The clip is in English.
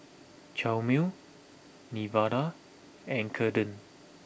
Chalmer Nevada and Kaeden